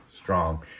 Strong